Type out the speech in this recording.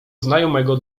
znajomego